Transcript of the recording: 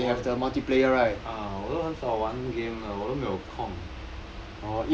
对啊 uh 我都很少玩 game 的我都没有空